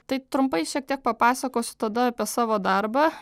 tai trumpai šiek tiek papasakosiu tada apie savo darbą